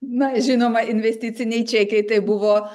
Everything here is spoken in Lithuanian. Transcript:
na žinoma investiciniai čekiai tai buvo